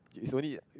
its only